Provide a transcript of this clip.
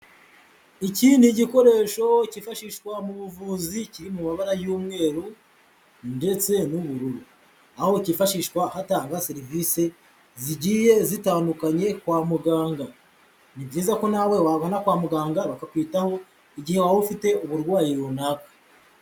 Iki ni igikoresho cyifashishwa mu buvuzi kiri mu mabara y'umweru ndetse n'ubururu. Aho cyifashishwa hatangwa serivise zigiye zitandukanye kwa muganga. Ni byiza ko nawe wagana kwa muganga bakakwitaho igihe waba ufite uburwayi runaka.